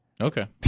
Okay